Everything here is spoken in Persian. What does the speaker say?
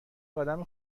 آدم